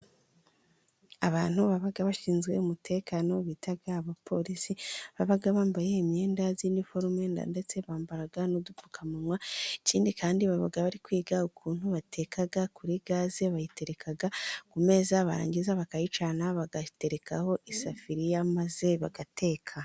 Abantu baba bashinzwe umutekano bita abapolisi, baba bambaye imyenda y'iniforume, ndetse bambara n'udupfukamunwa, ikindi kandi baba bari kwiga ukuntu bateka kuri gaze, bayitereka ku meza barangiza bakayicana bakayiterekaho isafuriya maze bagateka.